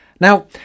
Now